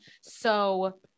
So-